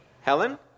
Helen